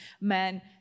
men